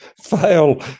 fail